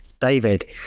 David